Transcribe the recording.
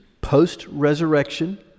post-resurrection